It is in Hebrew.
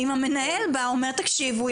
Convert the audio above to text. אם המנהל בא ואומר תקשיבו,